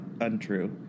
untrue